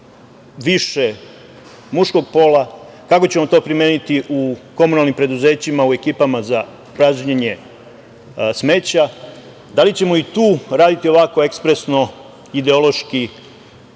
više muškog pola, kako ćemo to primeniti u komunalnim preduzećima u ekipama za pražnjenje smeća, da li ćemo i tu raditi ovako ekspresno, ideološki,